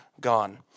gone